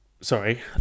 sorry